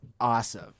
awesome